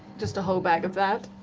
just a whole bag of that?